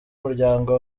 umuryango